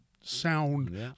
sound